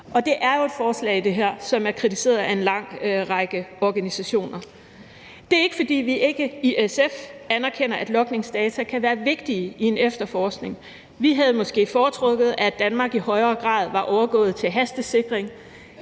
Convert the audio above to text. Og det her er jo et forslag, som er blevet kritiseret af en lang række organisationer. Det er ikke, fordi vi i SF ikke anerkender, at logningsdata kan være vigtige i en efterforskning. Vi havde måske foretrukket, at man i Danmark i højere grad var overgået til hastesikring.